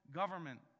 government